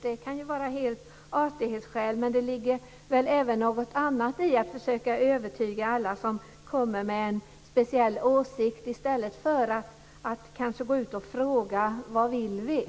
Men det ligger väl även något annat i att man försöker övertyga alla som kommer med en speciell åsikt i stället för att kanske gå ut och fråga människor vad de vill.